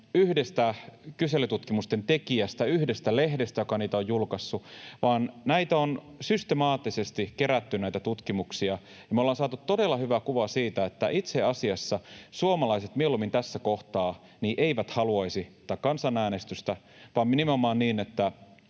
yhdestä kyselytutkimusten tekijästä, yhdestä lehdestä, joka niitä on julkaissut, vaan näitä tutkimuksia on systemaattisesti kerätty. Ja me olemme saaneet todella hyvän kuvan siitä, että itse asiassa suomalaiset mieluummin tässä kohtaa eivät haluaisi tätä kansanäänestystä, vaan nimenomaan niin, että